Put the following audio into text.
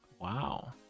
Wow